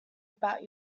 about